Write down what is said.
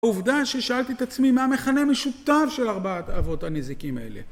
העובדה ששאלתי את עצמי מה המכנה המשותף של ארבעת אבות הנזיקים האלה